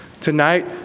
Tonight